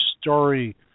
story